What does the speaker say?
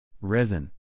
Resin